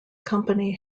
company